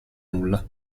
nulla